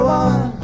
one